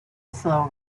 slow